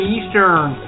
Eastern